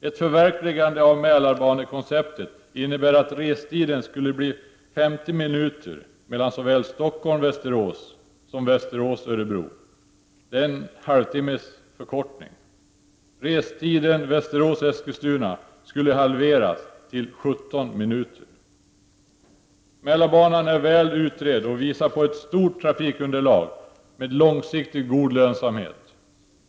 Ett förverkligande av Mälarbanekonceptet innebär att restiden skulle bli 50 minuter mellan såväl Stockholm och Västerås som Västerås och Örebro. Det är en halvtimmes förkortning. Restiden Västerås— Eskilstuna skulle halveras till 17 minuter. Mälarbanan är väl utredd och visar på ett stort trafikunderlag med långsiktigt god lönsamhet.